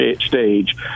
stage